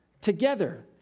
together